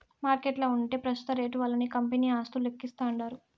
మార్కెట్ల ఉంటే పెస్తుత రేట్లు వల్లనే కంపెనీ ఆస్తులు లెక్కిస్తాండారు